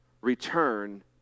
Return